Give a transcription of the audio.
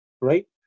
Right